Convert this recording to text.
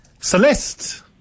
Celeste